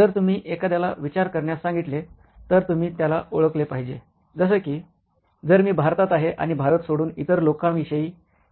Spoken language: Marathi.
जर तुम्ही एखाद्याला विचार करण्यास सांगितले तर तुम्ही त्याला ओळखले पाहिजे जसे कि जर मी भारतात आहे आणि भारत सोडून इतर लोकांविषयी